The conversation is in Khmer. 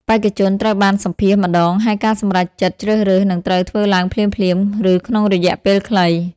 បេក្ខជនត្រូវបានសម្ភាសន៍ម្តង ហើយការសម្រេចចិត្តជ្រើសរើសនឹងត្រូវធ្វើឡើងភ្លាមៗ ឬក្នុងរយៈពេលខ្លី។